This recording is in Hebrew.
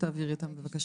תעבירי אותם, בבקשה.